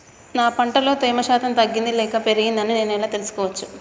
నా పంట లో తేమ శాతం తగ్గింది లేక పెరిగింది అని నేను ఎలా తెలుసుకోవచ్చు?